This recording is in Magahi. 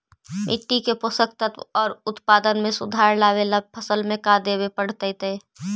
मिट्टी के पोषक तत्त्व और उत्पादन में सुधार लावे ला फसल में का देबे पड़तै तै?